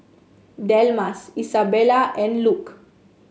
Delmas Isabella and Luke